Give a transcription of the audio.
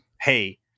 hey